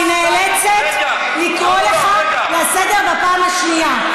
אני נאלצת לקרוא אותך לסדר פעם שנייה.